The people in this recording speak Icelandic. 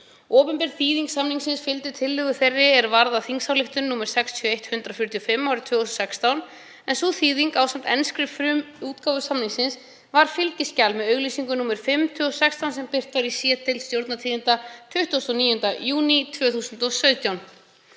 Opinber þýðing samningsins fylgdi tillögu þeirri er varð að þingsályktun nr. 61/145 árið 2016, en sú þýðing, ásamt enskri útgáfu samningsins, var fylgiskjal með auglýsingu nr. 5/2016, sem birt var í C-deild Stjórnartíðinda 29. júní 2017.